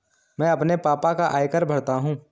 मैं अपने पापा का आयकर भरता हूं